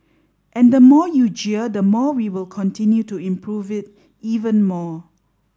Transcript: and the more you jeer the more we will continue to improve it even more